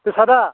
बेसादा